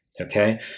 Okay